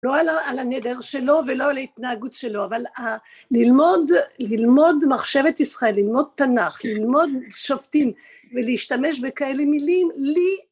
לא על הנדר שלו ולא על ההתנהגות שלו, אבל ללמוד מחשבת ישראל, ללמוד תנ״ך, ללמוד שופטים, ולהשתמש בכאלה מילים, לי